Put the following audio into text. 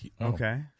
Okay